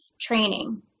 training